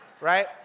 right